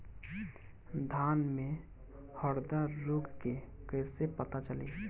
धान में हरदा रोग के कैसे पता चली?